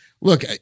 Look